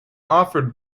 offered